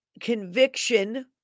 conviction